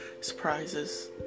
surprises